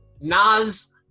nas